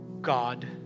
God